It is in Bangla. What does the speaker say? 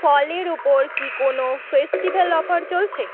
ফলের ওপর কি কোনও ফেস্টিভ্যাল অফার চলছে